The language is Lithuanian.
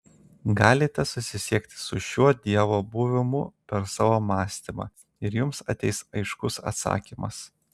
galite susisiekti su šiuo dievo buvimu per savo mąstymą ir jums ateis aiškus atsakymas